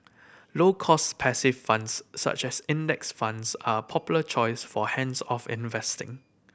low cost passive funds such as Index Funds are a popular choice for hands off investing